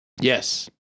Yes